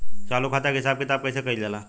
चालू खाता के हिसाब किताब कइसे कइल जाला?